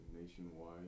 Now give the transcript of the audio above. nationwide